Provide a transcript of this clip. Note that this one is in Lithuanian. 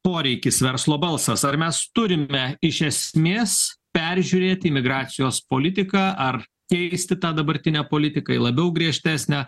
poreikis verslo balsas ar mes turime iš esmės peržiūrėti imigracijos politiką ar keisti tą dabartinę politiką į labiau griežtesnę